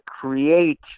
create